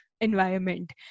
environment